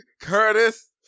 Curtis